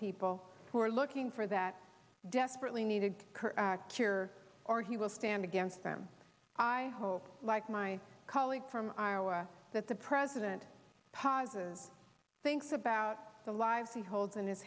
people who are looking for that desperately needed cure or he will stand against them i hope like my colleague from iowa that the president pauses thinks about the lives he holds in his